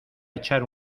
echar